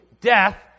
death